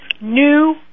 new